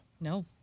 No